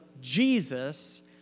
Jesus